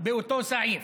באותו סעיף".